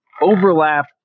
Overlap